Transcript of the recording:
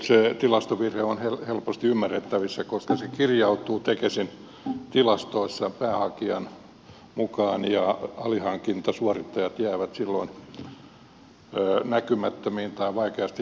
se tilastovirhe on helposti ymmärrettävissä koska se kirjautuu tekesin tilastoissa päähakijan mukaan ja alihankintasuorittajat jäävät silloin näkymättömiin tai vaikeasti havaittaviksi